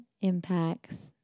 impacts